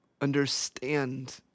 understand